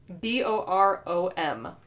B-O-R-O-M